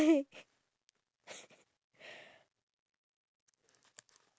okay throughout our whole time that we are together right